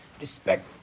respect